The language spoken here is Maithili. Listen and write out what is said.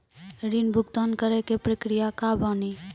ऋण भुगतान करे के प्रक्रिया का बानी?